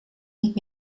niet